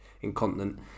incontinent